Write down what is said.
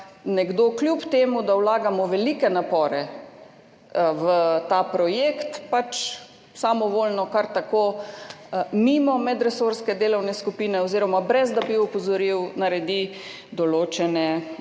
nekdo, kljub temu da vlagamo velike napore v ta projekt, samovoljno, kar tako mimo medresorske delovne skupine oziroma ne da bi opozoril, naredi določene